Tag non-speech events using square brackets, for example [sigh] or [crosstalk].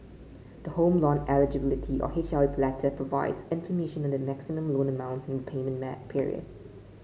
the Home Loan Eligibility or [unintelligible] letter provides information on the maximum loan amount and repayment [unintelligible] period